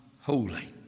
holy